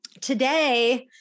Today